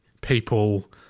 people